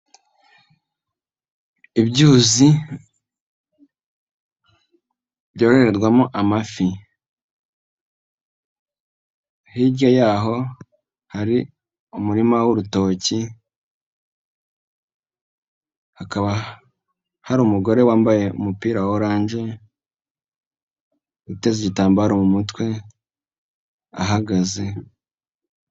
Ibyuzi byororerwamo amafi, hirya yaho hari umurima w'urutoki, hakurya hari umugore wambaye umupira wa orange uteze igitambaro mu mutwe ahagaze.